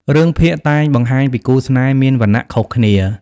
រឿងភាគតែងបង្ហាញពី គូស្នេហ៍មានវណ្ណៈខុសគ្នា។